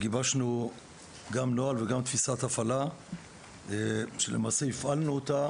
אנחנו גיבשנו נוהל ותפיסת הפעלה שלמעשה הפעלנו אותה